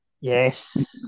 Yes